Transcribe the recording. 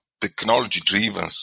technology-driven